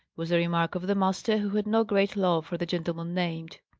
was the remark of the master, who had no great love for the gentleman named.